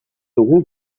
dugu